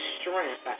strength